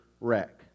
wreck